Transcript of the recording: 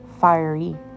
fiery